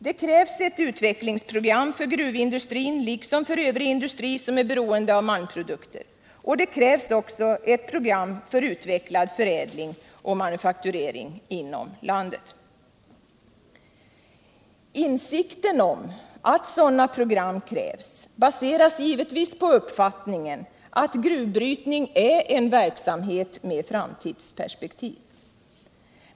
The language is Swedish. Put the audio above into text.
Det krävs ett utvecklingsprogram för gruvindustrin liksom för övrig industri som är beroende av malmprodukter, och det krävs också ett program för utvecklad förädling och manufakturering inom landet. Insikten om att sådana program krävs baseras givetvis på uppfattningen att gruvbrytning är en verksamhet med framtidsperspektiv.